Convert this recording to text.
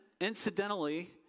incidentally